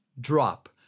drop